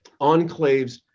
enclaves